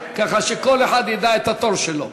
כך שכל אחד ידע מתי התור שלו.